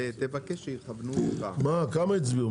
כמה הצביעו?